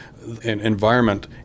environment